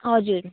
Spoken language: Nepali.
हजुर